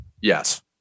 Yes